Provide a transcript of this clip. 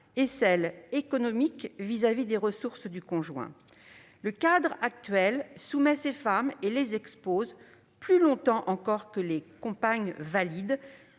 et celle, économique, à l'égard des ressources du conjoint. Le cadre actuel soumet ces femmes et les expose, plus longtemps et plus durement encore que les compagnes valides,